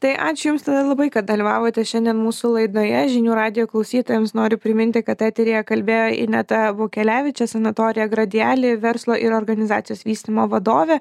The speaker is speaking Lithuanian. tai ačiū jums tada labai kad dalyvavote šiandien mūsų laidoje žinių radijo klausytojams noriu priminti kad eteryje kalbėjo ineta bukelevičė sanatorija gradiali verslo ir organizacijos vystymo vadovė